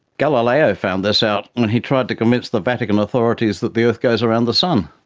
galileo found this out when he tried to convince the vatican authorities that the earth goes around the sun,